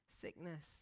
sickness